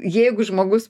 jeigu žmogus